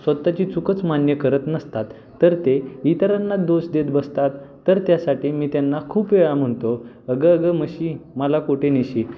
स्वतःची चूकच मान्य करत नसतात तर ते इतरांना दोष देत बसतात तर त्यासाठी मी त्यांना खूप वेळा म्हणतो अगं अगं म्हशी मला कोठे नेशी